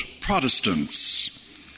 Protestants